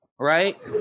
Right